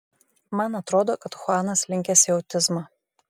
man atrodo kad chuanas linkęs į autizmą